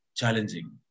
challenging